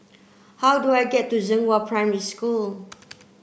how do I get to Zhenghua Primary School